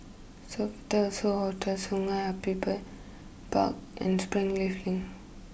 Sofitel So Hotel Sungei Api Park and Springleaf Link